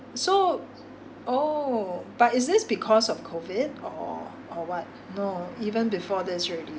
so oh but is this because of COVID or or what no even before this already